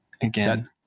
again